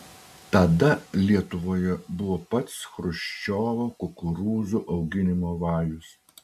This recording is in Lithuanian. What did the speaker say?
tada lietuvoje buvo pats chruščiovo kukurūzų auginimo vajus